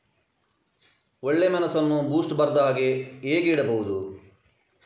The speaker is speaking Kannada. ಒಳ್ಳೆಮೆಣಸನ್ನು ಬೂಸ್ಟ್ ಬರ್ದಹಾಗೆ ಹೇಗೆ ಇಡಬಹುದು?